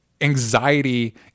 anxiety